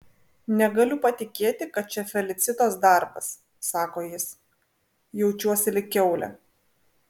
negaliu patikėti kad čia felicitos darbas sako jis jaučiuosi lyg kiaulė